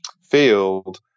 field